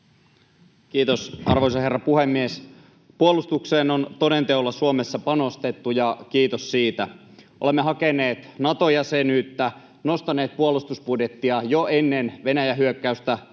Kiitos, arvoisa herra puhemies! Puolustukseen on toden teolla Suomessa panostettu, ja kiitos siitä. Olemme hakeneet Nato-jäsenyyttä, nostaneet puolustusbudjettia jo ennen Venäjän hyökkäystä